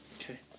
Okay